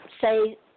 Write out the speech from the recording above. Say